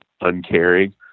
uncaring